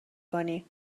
کنی